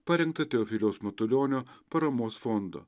parengta teofiliaus matulionio paramos fondo